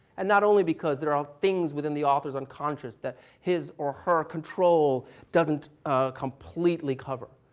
and not only because there are things within the author's unconscious that his or her control doesn't completely cover,